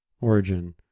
Origin